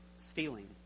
stealing